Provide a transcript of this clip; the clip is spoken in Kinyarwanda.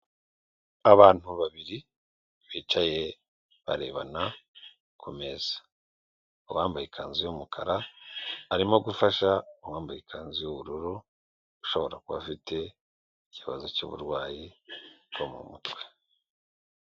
Abantu babiri bicaye barebana ku meza; uwambaye ikanzu y'umukara arimo gufasha uwambaye ikanzu y'ubururu ushobora kuba afite ikibazo cy'uburwayi bwo mu mutwe.